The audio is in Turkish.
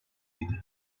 idi